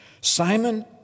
Simon